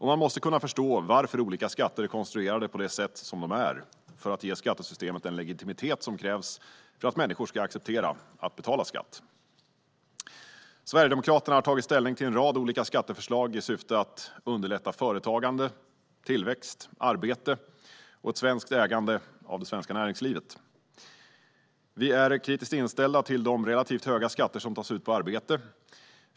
Man måste kunna förstå varför olika skatter är konstruerade på det sätt de är för att skattesystemet ska få den legitimitet som krävs för att människor ska acceptera att betala skatt. Sverigedemokraterna har tagit ställning till en rad olika skatteförslag i syfte att underlätta företagande, tillväxt, arbete och ett svenskt ägande av det svenska näringslivet. Vi är kritiskt inställda till de relativt höga skatter som tas ut på arbete.